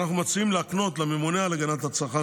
אנחנו מציעים להקנות לממונה על הגנת הצרכן